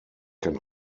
can